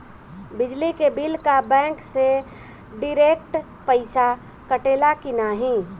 बिजली के बिल का बैंक से डिरेक्ट पइसा कटेला की नाहीं?